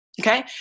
Okay